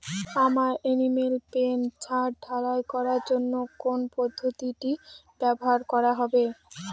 আমার animal pen ছাদ ঢালাই করার জন্য কোন পদ্ধতিটি ব্যবহার করা হবে?